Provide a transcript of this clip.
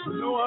no